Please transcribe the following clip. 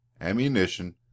ammunition